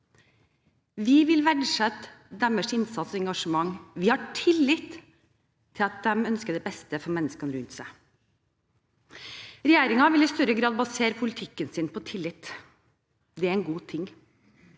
Vi vil verdsette deres innsats og engasjement, vi har tillit til at de ønsker det beste for menneskene rundt seg. Regjeringen vil i større grad basere sin politikk på tillit – det er en god ting: